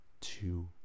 two